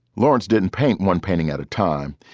lawrence didn't paint one painting at a time.